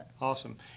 Awesome